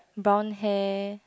brown hair